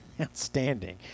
outstanding